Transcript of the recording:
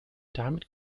damit